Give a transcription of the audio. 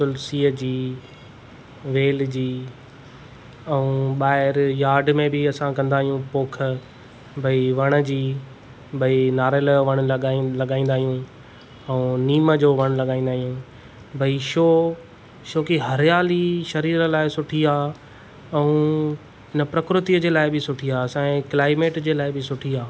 तुलसीअ जी वेल जी ऐं ॿाहिरि यार्ड में बि असां कंदा आहियूं पोख भई वण जी भई नारेल जो वणु लॻाईंदा आहियूं ऐं निम जो वणु लॻाईंदा आहियूं भई छो छोकी हरियाली शरीर लाइ सुठी आहे ऐं इन प्रकृतीअ जे लाइ बि सुठी आहे असांजे क्लाइमेट जे लाइ बि सुठी आहे